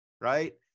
right